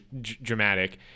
dramatic